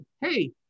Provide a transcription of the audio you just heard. hey